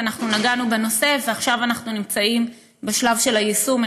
ועכשיו אנחנו נמצאים בשלב היישום.